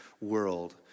world